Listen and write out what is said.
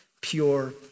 pure